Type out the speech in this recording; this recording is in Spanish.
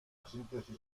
síntesis